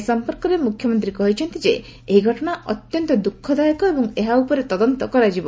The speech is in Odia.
ଏ ସଂପର୍କରେ ମୁଖ୍ୟମନ୍ତୀ କହିଛନ୍ତି ଯେ ଏହି ଘଟଶା ଅତ୍ୟନ୍ତ ଦୁଃଖଦାୟକ ଏବଂ ଏହା ଉପରେ ତଦନ୍ତ କରାଯିବ